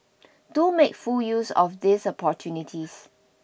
do make full use of these opportunities